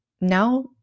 Now